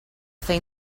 fer